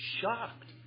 shocked